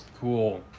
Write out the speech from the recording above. cool